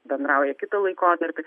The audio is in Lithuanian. bendrauja kitą laikotarpį